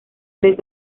tres